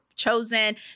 chosen